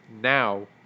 now